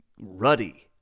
ruddy